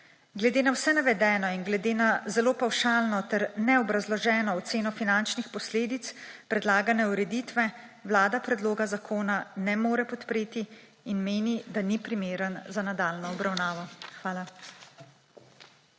Glede na vse navedeno in glede na zelo pavšalno ter neobrazloženo oceno finančnih posledic predlagane ureditve Vlada predloga zakona ne more podpreti in meni, da ni primeren za nadaljnjo obravnavo. Hvala.